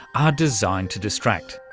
are designed to distract.